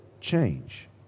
change